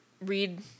read